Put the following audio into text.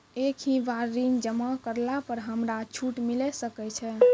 एक ही बार ऋण जमा करला पर हमरा छूट मिले सकय छै?